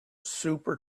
super